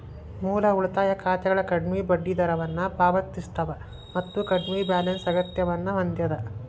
ಮೂಲ ಉಳಿತಾಯ ಖಾತೆಗಳ ಕಡ್ಮಿ ಬಡ್ಡಿದರವನ್ನ ಪಾವತಿಸ್ತವ ಮತ್ತ ಕಡ್ಮಿ ಬ್ಯಾಲೆನ್ಸ್ ಅಗತ್ಯವನ್ನ ಹೊಂದ್ಯದ